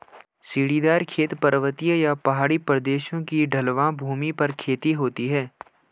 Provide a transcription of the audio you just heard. सीढ़ीदार खेत, पर्वतीय या पहाड़ी प्रदेशों की ढलवां भूमि पर खेती होती है